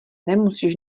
nemusíš